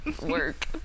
work